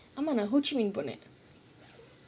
ஆமா:aamaa ho chi minh போனேன்:ponaen